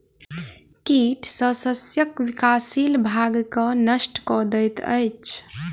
कीट शस्यक विकासशील भागक नष्ट कय दैत अछि